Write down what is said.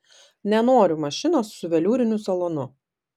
nenoriu mašinos su veliūriniu salonu